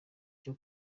cyo